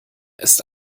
ist